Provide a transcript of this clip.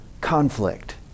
conflict